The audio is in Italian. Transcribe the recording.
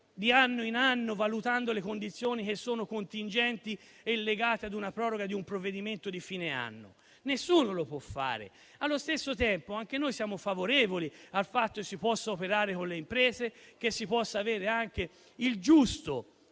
di anno in anno, valutando condizioni contingenti e legate alla proroga di un provvedimento di fine anno? Nessuno lo può fare. Allo stesso tempo, anche noi siamo favorevoli al fatto che si possa operare con le imprese e si possa avere anche il giusto